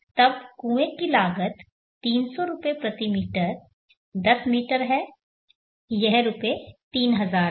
तब कुएं की लागत 300 रुपये प्रति मीटर दस मीटर है यह रुपये 3000 है